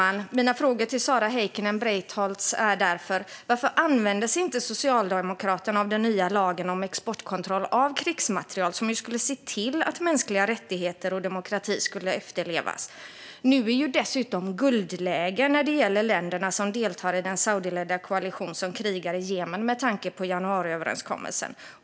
Jag har därför ett par frågor till Sara Heikkinen Breitholtz. Varför använder sig inte Socialdemokraterna av den nya lagen om exportkontroll av krigsmateriel? Den skulle ju se till att mänskliga rättigheter och demokrati efterlevs. Nu är det dessutom guldläge när det gäller länderna som deltar i den saudiskledda koalition som krigar i Jemen, med tanke på januariöverenskommelsen.